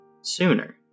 sooner